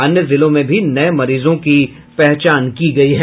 अन्य जिलों में भी नये मरीजों की पहचान की गई है